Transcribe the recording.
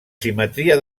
simetria